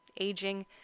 aging